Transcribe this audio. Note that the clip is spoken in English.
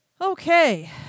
okay